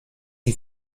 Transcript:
die